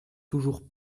toujours